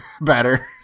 better